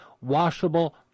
washable